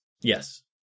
Yes